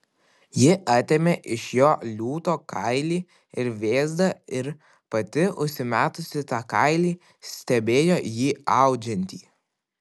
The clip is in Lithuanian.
ji atėmė iš jo liūto kailį ir vėzdą ir pati užsimetusi tą kailį stebėjo jį audžiantį